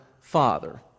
Father